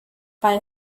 bei